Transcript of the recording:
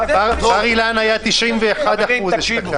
בר אילן היה 91% אשתקד.